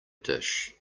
dish